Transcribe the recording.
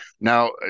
Now